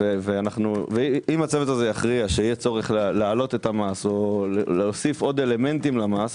אם הצוות הזה יכריע שיש צורך להעלות את המס או להוסיף עוד אלמנטים למס,